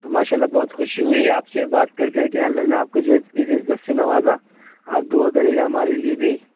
تو ماشاء اللہ بہت خوشی ہوئی ہے آپ سے بات کر کر کے اللہ نے آپ کو جو ہے اس عزت سے نوازا آپ دعا کریے گا ہمارے لیے بھی